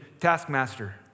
taskmaster